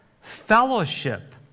fellowship